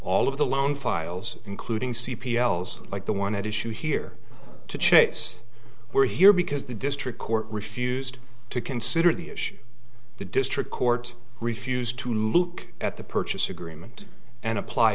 all of the loan files including c p l zx like the one at issue here to chase we're here because the district court refused to consider the issue the district court refused to look at the purchase agreement and apply